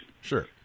sure